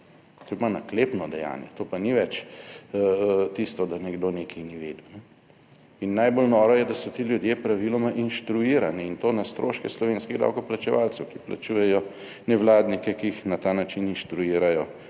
je pa naklepno dejanje, to pa ni več tisto, da nekdo nekaj ni vedel. Najbolj noro je, da so ti ljudje praviloma inštruirani in to na stroške slovenskih davkoplačevalcev, ki plačujejo nevladnike, ki jih na ta način inštruirajo,